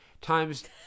times